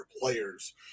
players